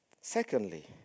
Secondly